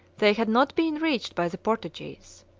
they had not been reached by the portuguese.